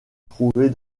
trouver